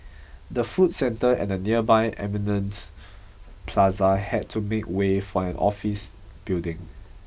the food centre and the nearby Eminent Plaza had to make way for an office building